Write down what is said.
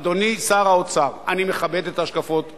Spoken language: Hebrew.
אדוני שר האוצר, אני מכבד את ההשקפות הכלכליות,